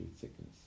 sickness